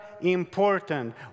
important